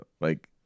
like-